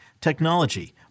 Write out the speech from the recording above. technology